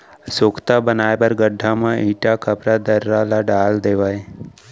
सोख्ता बनाए बर गड्ढ़ा म इटा, खपरा, दर्रा ल डाल देवय